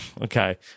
okay